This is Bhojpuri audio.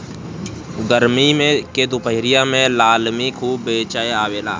गरमी के दुपहरिया में लालमि खूब बेचाय आवेला